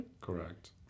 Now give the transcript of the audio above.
Correct